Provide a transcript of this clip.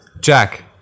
Jack